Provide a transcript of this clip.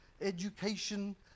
education